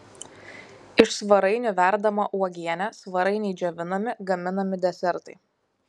iš svarainių verdama uogienė svarainiai džiovinami gaminami desertai